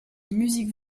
musique